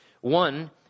One